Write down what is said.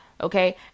okay